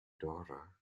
daughter